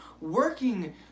working